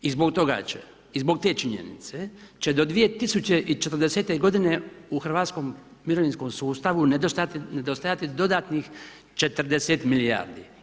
I zbog toga će i zbog te činjenice, će do 2040 g. u Hrvatskom mirovinskom sustavu, nedostajati dodatnih 40 milijardi.